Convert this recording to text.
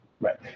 Right